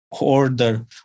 order